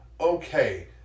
Okay